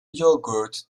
yogurt